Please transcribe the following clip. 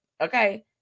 okay